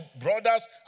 brothers